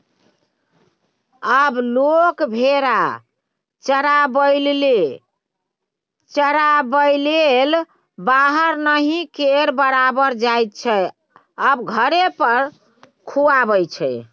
आब लोक भेरा चराबैलेल बाहर नहि केर बराबर जाइत छै आब घरे पर खुआबै छै